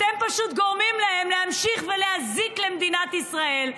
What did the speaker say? אתם פשוט גורמים להם להמשיך ולהזיק למדינת ישראל,